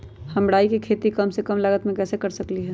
हम राई के खेती कम से कम लागत में कैसे कर सकली ह?